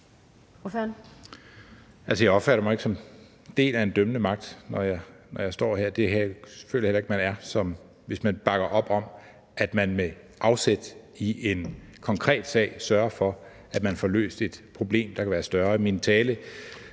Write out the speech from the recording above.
Jeg opfatter mig ikke som en del af en dømmende magt, når jeg står her. Det føler jeg heller ikke man er, hvis man bakker op om, at man med afsæt i en konkret sag sørger for, at man får løst et problem, der kan være større. I min tale